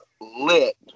lit